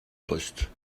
poste